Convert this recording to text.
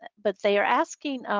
but they are asking,